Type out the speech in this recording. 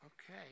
Okay